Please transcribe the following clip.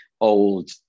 old